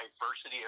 diversity